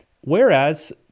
Whereas